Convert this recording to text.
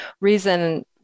reason